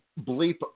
bleep